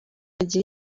agira